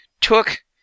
took